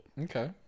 Okay